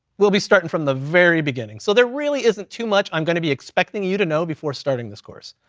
we'll be starting from the very beginning so there really isn't too much i'm gonna be expecting you to know before starting this course.